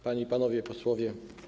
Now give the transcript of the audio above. Panie i Panowie Posłowie!